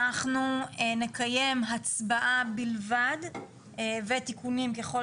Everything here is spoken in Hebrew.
אנחנו נקיים הצבעה בלבד ותיקונים ככל